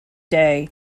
day